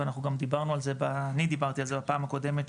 ואני דברתי על זה בפעם הקודמת,